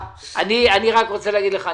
אני רק רוצה להגיד לך,